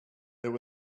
there